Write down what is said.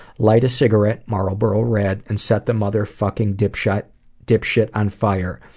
light a cigarette marlboro red and set the motherfucking dipshit dipshit on fire,